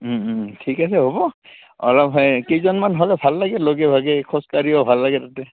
ঠিক আছে হ'ব অলপ সেই কেইজনমান হ'লে ভাল লাগে লগে ভাগে খোজকাাঢ়িও ভাল লাগে তাতে